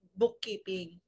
bookkeeping